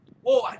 Whoa